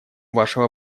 вашего